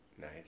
nice